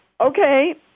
Okay